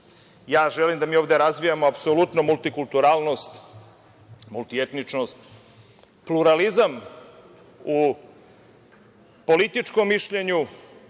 Želim da mi ovde razvijamo apsolutno multikulturalnost, multietničnost, pluralizam u političkom mišljenju,